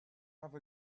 have